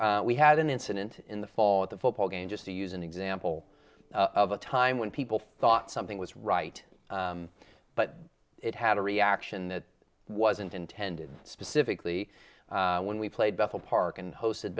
so we had an incident in the fall at the football game just to use an example of a time when people thought something was right but it had a reaction that wasn't intended specifically when we played bethel park and hosted